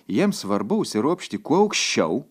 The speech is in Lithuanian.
jiems svarbu užsiropšti kuo aukščiau